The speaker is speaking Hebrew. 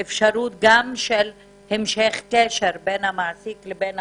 אפשרות של המשך קשר בין המעסיק לבין העובד,